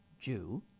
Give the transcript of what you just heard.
Jew